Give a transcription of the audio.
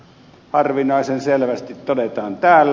se harvinaisen selvästi todetaan täällä